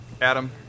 Adam